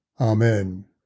Amen